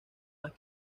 las